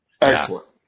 Excellent